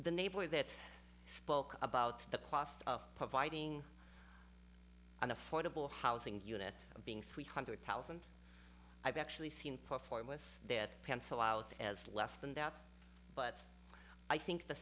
the neighbor that spoke about the cost of providing an affordable housing unit being three hundred thousand i've actually seen perform with that pencil out as less than that but i think the